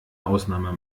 ausnahme